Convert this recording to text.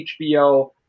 HBO